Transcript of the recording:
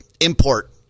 import